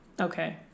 Okay